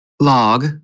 log